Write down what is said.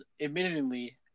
admittedly –